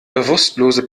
bewusstlose